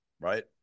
right